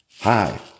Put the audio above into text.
Hi